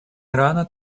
ирана